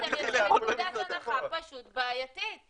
אתם יוצאים מנקודת הנחה פשוט בעייתית.